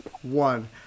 one